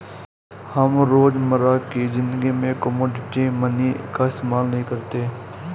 हम रोजमर्रा की ज़िंदगी में कोमोडिटी मनी का इस्तेमाल नहीं करते